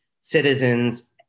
citizens